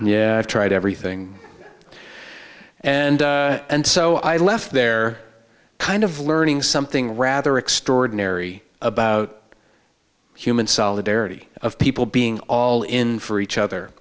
yeah i've tried everything and and so i left there kind of learning something rather extraordinary about human solidarity of people being all in for each other